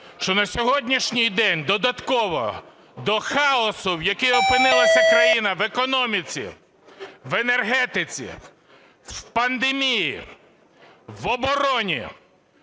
що на сьогоднішній день додатково до хаосу, в якому опинилася країна в економіці, в енергетиці, в пандемії, в обороні,